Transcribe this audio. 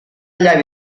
llavi